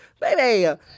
baby